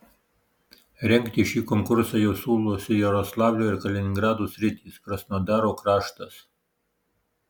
rengti šį konkursą jau siūlosi jaroslavlio ir kaliningrado sritys krasnodaro kraštas